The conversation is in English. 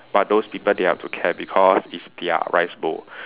but those people they have to care because it's their rice bowl